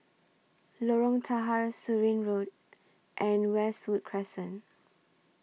Lorong Tahar Surin Road and Westwood Crescent